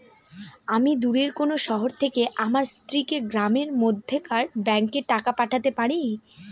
আমি দূরের কোনো শহর থেকে আমার স্ত্রীকে গ্রামের মধ্যেকার ব্যাংকে টাকা পাঠাতে পারি?